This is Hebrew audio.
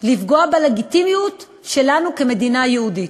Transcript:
לפגוע בלגיטימיות שלנו כמדינה יהודית,